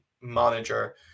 manager